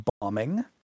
bombing